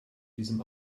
diesem